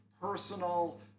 personal